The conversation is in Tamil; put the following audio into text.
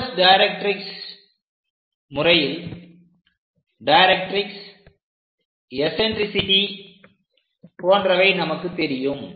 போகஸ் டைரக்ட்ரிக்ஸ் முறையில் டைரக்ட்ரிக்ஸ் எஸன்ட்ரிசிட்டி போன்றவை நமக்கு தெரியும்